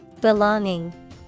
Belonging